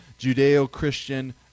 Judeo-Christian